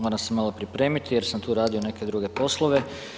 Moram se malo pripremiti jer sam tu radio neke druge poslove.